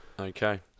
Okay